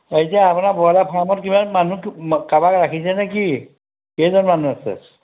এতিয়া আপোনাৰ ব্ৰয়লাৰ ফাৰ্মত কিমান মানুহ কাবাক ৰাখিছে নেকি কেইজন মানুহ আছে